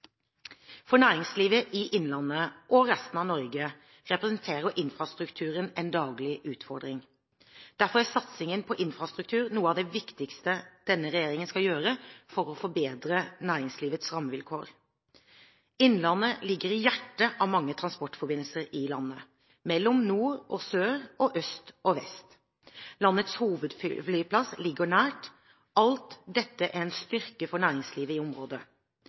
For næringslivet i Innlandet og resten av Norge representerer infrastrukturen en daglig utfordring. Derfor er satsingen på infrastruktur noe av det viktigste denne regjeringen skal gjøre for å forbedre næringslivets rammevilkår. Innlandet ligger i hjertet av mange transportforbindelser i landet, mellom nord og sør og øst og vest. Landets hovedflyplass ligger nært. Alt dette er en styrke for næringslivet i området.